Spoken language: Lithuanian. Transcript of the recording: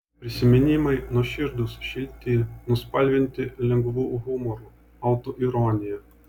prisiminimai nuoširdūs šilti nuspalvinti lengvu humoru autoironija